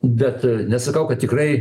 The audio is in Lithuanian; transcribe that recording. bet nesakau kad tikrai